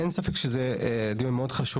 אין ספק שזה דיון חשוב מאוד.